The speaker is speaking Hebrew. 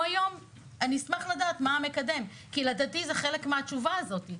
אני אשמח לדעת מה המקדם כי לדעתי זה חלק מהתשובה הזאת.